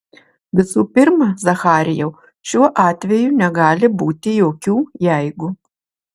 visų pirma zacharijau šiuo atveju negali būti jokių jeigu